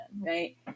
right